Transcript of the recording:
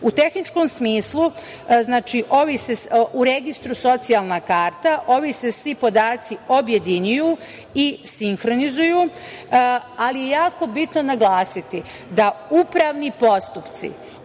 U tehničkom smislu, u registru socijalna karta ovi se svi podaci objedinjuju i sinhronizuju, ali je jako bitno naglasiti da upravni postupci